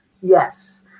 Yes